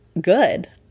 good